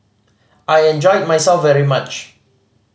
I enjoyed myself very much